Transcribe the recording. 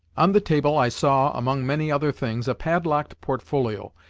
on the table i saw, among many other things, a padlocked portfolio,